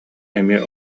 эмиэ